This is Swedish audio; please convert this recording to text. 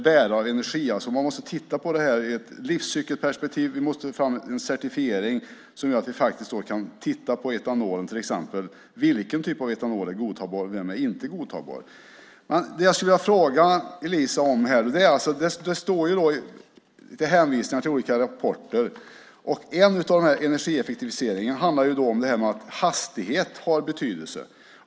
Man måste titta på detta ur ett livscykelperspektiv. Vi måste få fram en certifiering så att vi kan titta på vilken typ av etanol som är godtagbar och vilken som inte är godtagbar. Det finns hänvisningar till olika rapporter. En del av energieffektiviseringen handlar om att hastighet har betydelse.